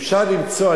אפשר למצוא,